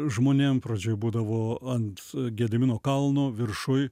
žmonėm pradžioj būdavo ant gedimino kalno viršuj